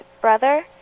brother